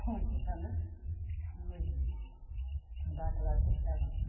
وۄنۍ چھِ أسۍ اَنان مٔلی بَتہٕ وتہٕ تہِ کھیٚوان